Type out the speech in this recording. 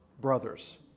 brothers